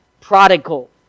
prodigal